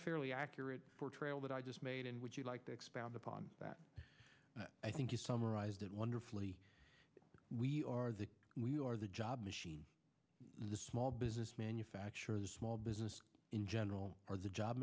fairly accurate portrayal that i just made and would you like to expound upon that i think you summarized it wonderfully we are we are the job machine the small business manufacturers small business in general are the job